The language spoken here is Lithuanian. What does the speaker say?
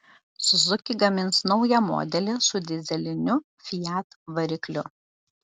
suzuki gamins naują modelį su dyzeliniu fiat varikliu